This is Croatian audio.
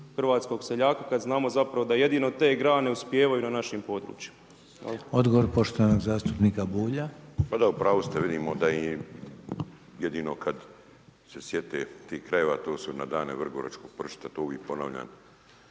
hrvatskog seljaka kad znamo zapravo da jedino te grane uspijevaju na našim područjima? **Reiner, Željko (HDZ)** Odgovor poštovanog zastupnika Bulja. **Bulj, Miro (MOST)** Pa da, u pravu ste, vidimo da i jedino kad se sjete tih krajeva, to su na dane vrgoračkog pršuta, to uvijek ponavljam